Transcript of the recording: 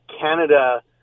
Canada